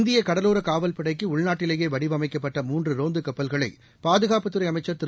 இந்திய கடலோர காவல் படைக்கு உள்நாட்டிலேயே வடிவமைக்கப்பட்ட மூன்று ரோந்து கப்பல்களை பாதுகாப்புத்துறை அமைச்சர் திரு